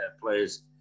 players